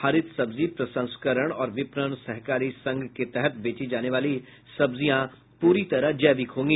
हरित सब्जी प्रसंस्करण और विपणन सहकारी संघ के तहत बेची जाने वाली सब्जियां पूरी तरह जैविक होगी